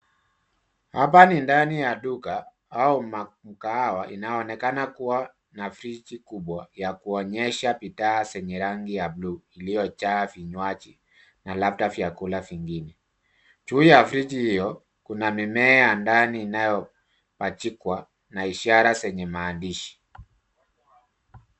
Hapa ni ndani ya Duka au makao inayonekana kuwa na friji kubwa ya kuonyesha bidhaa zenye rangi ya bluu iliyo jaa vinywaji na labda vyakula vingine. Juu ya friji hiyo kuna mimea ndani inayo pachikwa na ishara zenye maandishi.